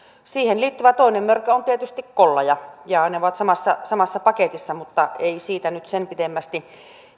siihen liittyvä toinen mörkö on tietysti kollaja ja ne ovat samassa samassa paketissa mutta ei siitä nyt sen pitemmästi